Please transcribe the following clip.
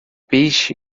peixe